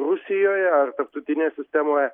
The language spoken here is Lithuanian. rusijoje ar tarptautinėje sistemoje